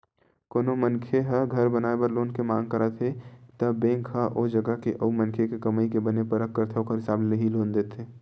कोनो मनखे ह घर बनाए बर लोन के मांग करत हे त बेंक ह ओ जगा के अउ मनखे के कमई के बने परख करथे ओखर हिसाब ले ही लोन देथे